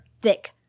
thick